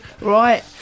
Right